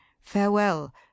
Farewell